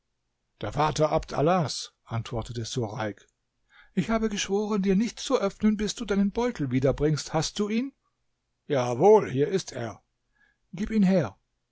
der vater abd allahs antwortete sureik ich habe geschworen dir nicht zu öffnen bis du deinen beutel wiederbringst hast du ihn jawohl hier ist er gib ihn her